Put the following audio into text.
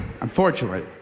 unfortunately